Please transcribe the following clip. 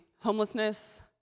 homelessness